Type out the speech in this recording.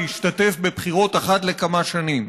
להשתתף בבחירות אחת לכמה שנים,